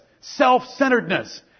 self-centeredness